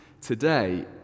today